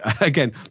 again